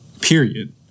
Period